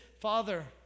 Father